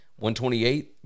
128